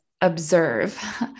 observe